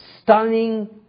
Stunning